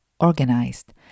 organized